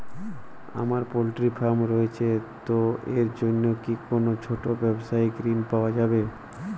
আমার poultry farm রয়েছে তো এর জন্য কি কোনো ছোটো ব্যাবসায়িক ঋণ পাওয়া যাবে?